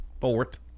fourth